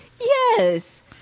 yes